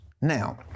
Now